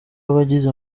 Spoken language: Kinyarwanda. abagize